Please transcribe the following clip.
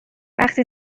وقتی